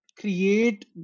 create